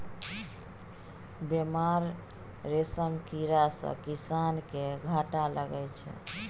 बेमार रेशम कीड़ा सँ किसान केँ घाटा लगै छै